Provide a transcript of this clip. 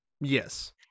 yes